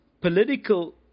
political